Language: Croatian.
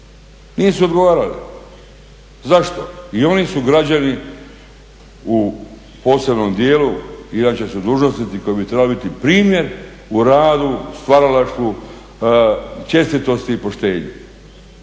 nisu odgovarali. Zašto? I oni su građani u posebnom dijelu, inače su dužnosnici koji bi trebali biti primljeni u radu, stvaralaštvu, čestitosti i poštenju.